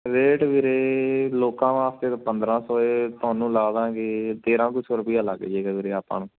rate ਵੀਰੇ ਲੋਕਾਂ ਵਾਸਤੇ ਤਾਂ ਪੰਦਰ੍ਹਾਂ ਸੌ ਇਹ ਤੁਹਾਨੂੰ ਲਾ ਦਾਂਗੇ ਤੇਰ੍ਹਾਂ ਕੁ ਸੌ ਰੁਪਿਆ ਲੱਗ ਜਾਏਗਾ ਵੀਰੇ ਆਪਾਂ ਨੂੰ